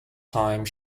time